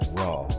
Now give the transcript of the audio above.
raw